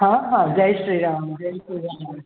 हां हां जय श्रीराम जय श्रीराम